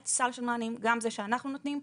סל של מענים - גם זה שאנחנו נותנים,